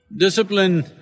Discipline